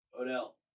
Odell